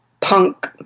punk